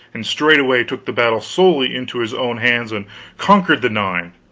and straightway took the battle solely into his own hands, and conquered the nine